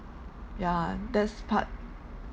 yeah that's part